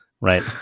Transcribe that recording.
right